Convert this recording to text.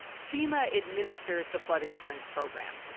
fema administers the flood insurance program.